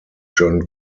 jon